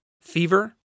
fever